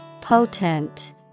Potent